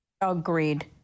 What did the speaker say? Agreed